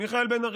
מיכאל בן ארי.